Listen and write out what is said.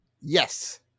Yes